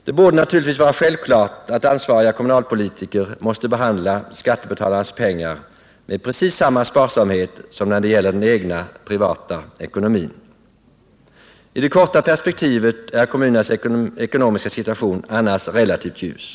Det borde naturligtvis vara självklart att ansvariga kommunalpolitiker måste behandla skattebetalarnas pengar med precis samma sparsamhet som när det gäller den egna privata ekonomin. I det korta perspektivet är annars kommunernas ekonomiska situation relativt ljus.